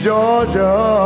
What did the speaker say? Georgia